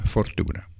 Fortuna